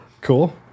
Cool